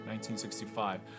1965